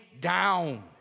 down